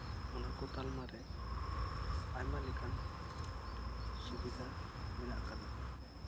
ᱚᱱᱟ ᱠᱚ ᱛᱟᱞᱢᱟᱨᱮ ᱟᱭᱢᱟ ᱞᱮᱠᱟᱱ ᱥᱩᱵᱤᱫᱟ ᱢᱮᱱᱟᱜ ᱠᱟᱫᱟ